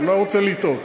אני לא רוצה לטעות.